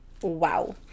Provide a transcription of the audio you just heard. wow